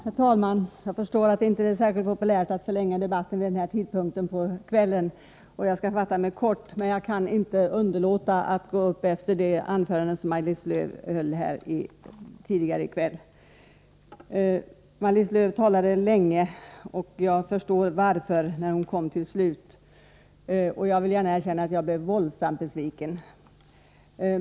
Herr talman! Jag förstår att det inte är särskilt populärt att debatten förlängs vid den här tidpunkten på kvällen. Jag skall därför fatta mig kort. Efter att ha lyssnat till Maj-Lis Lööws anförande här tidigare i kväll kan jag emellertid inte underlåta att gå upp i talarstolen. Maj-Lis Lööw talade länge. Med tanke på de avslutande orden i hennes anförande förstår jag varför. Jag erkänner gärna att jag blev våldsamt besviken.